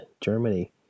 Germany